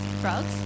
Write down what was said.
frogs